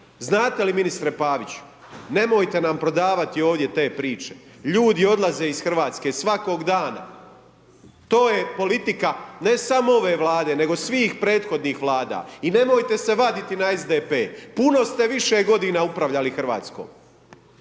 Znate li, ministre Pavić? Nemojte nam prodavati ovdje te priče, ljudi odlaze iz Hrvatske svakog dana, to je politika ne samo ove Vlade nego svih prethodnih Vlada. I nemojte se vaditi na SDP. Puno ste više godina upravljali Hrvatskom.